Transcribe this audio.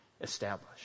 establish